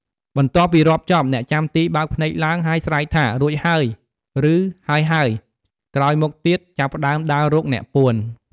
បន្ទាប់់ពីរាប់ចប់ អ្នកចាំទីបើកភ្នែកឡើង ហើយស្រែកថា "រួចហើយ" ឬ "ហើយៗ" ក្រោយមកទៀត ចាប់ផ្ដើមដើររកអ្នកពួន។